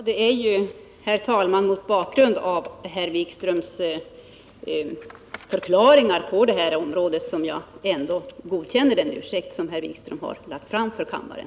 Herr talman! Det är mot bakgrund av herr Wikströms förklaringar som jag ändå godkänner den ursäkt som han har framfört till kammaren.